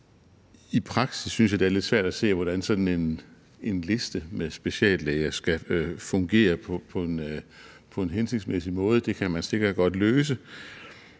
I praksis synes jeg, det er lidt svært at se, hvordan sådan en liste med speciallæger skal fungere på en hensigtsmæssig måde. Det kan man sikkert godt løse,